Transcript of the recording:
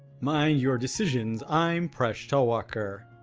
mind your decisions, i'm presh talwalkar.